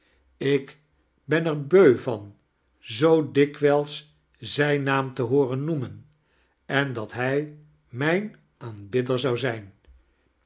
ik ben er beu van zoo dikwijls zrjn naam te hooren noemen en dat hij mijn aanbidder zou zijn